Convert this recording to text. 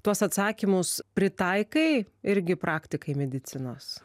tuos atsakymus pritaikai irgi praktikai medicinos